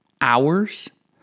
hours